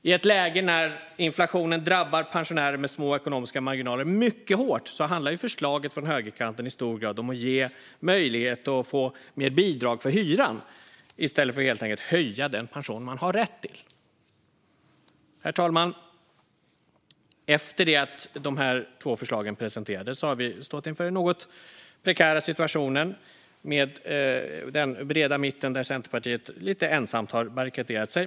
I ett läge när inflationen drabbar pensionärer med små ekonomiska marginaler mycket hårt handlar förslaget från högerkanten i hög grad om att ge möjlighet att få mer bidrag till hyran i stället för att helt enkelt höja den pension man har rätt till. Herr talman! Efter det att dessa två förslag presenterades har vi stått inför den något prekära situationen med den breda mitten där Centerpartiet lite ensamt har barrikaderat sig.